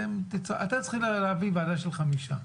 אתם צריכים להביא ועדה של חמישה,